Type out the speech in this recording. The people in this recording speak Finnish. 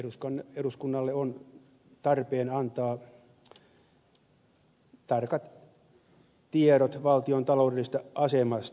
elikkä eduskunnalle on tarpeen antaa tarkat tiedot valtion taloudellisesta asemasta